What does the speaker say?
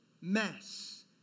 mess